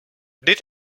did